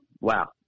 wow